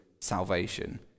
salvation